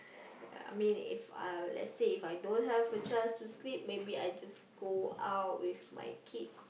ya I mean if uh let's say I don't have a chance to sleep maybe I just go out with my kids